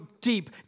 deep